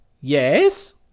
Yes